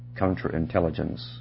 counterintelligence